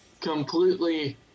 completely